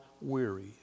weary